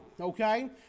okay